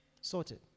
sorted